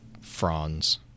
fronds